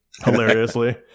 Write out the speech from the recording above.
hilariously